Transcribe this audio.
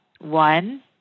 One